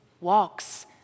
walks